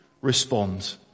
respond